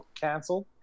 canceled